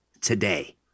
today